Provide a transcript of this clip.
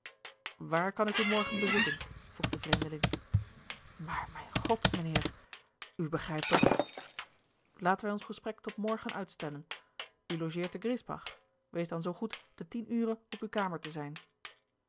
waar kan ik u morgen bezoeken vroeg de vreemdeling maar mijn god mijnheer u begrijpt toch laten wij ons gesprek tot morgen uitstellen u lologeert te griesbach wees dan zoo goed ten tien ure op uw kamer te zijn